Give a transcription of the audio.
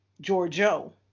Giorgio